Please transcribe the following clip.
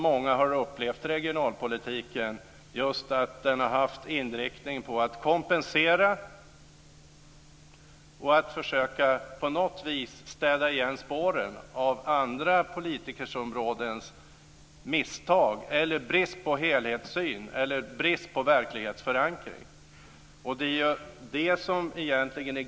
Många har upplevt regionalpolitiken så att den har varit inriktad på att kompensera och försöka sopa igen spåren av misstag inom andra politikområden beroende på bristande helhetssyn eller verklighetsförankring.